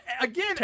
again